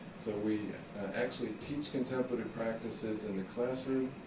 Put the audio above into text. so we actually teach contemplative practices in the classroom.